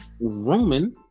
Roman-